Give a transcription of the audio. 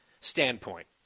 standpoint